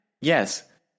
Yes